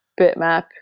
bitmap